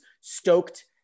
Stoked